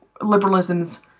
liberalism's